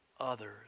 others